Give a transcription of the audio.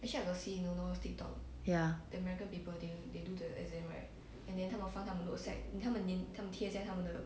ya